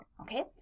okay